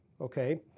okay